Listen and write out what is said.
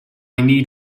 need